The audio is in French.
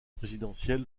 présidentiel